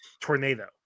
tornado